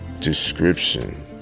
description